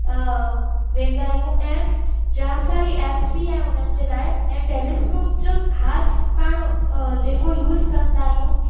वेंदा आहियूं ऐं जाम सारी ऐप्स बि आहे उन्हनि जे लाइ ऐं टैलिस्कॉप जो ख़ासि पाण जेको यूस कंदा आहियूं